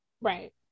Right